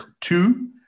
two